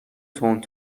تند